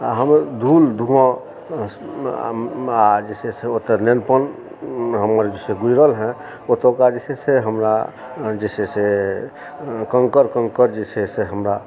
आ हम धूल धुआँ आ जे छै से ओतए नेनपन हमर जे छै गुजरलह हँ ओतुका जे छै से हमरा जे छै से कंकड़ कंकड़ जे छै से हमरा